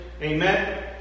Amen